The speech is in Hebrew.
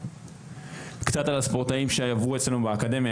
קצת על הספורטאים שעברו אצלנו באקדמיה.